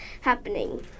happening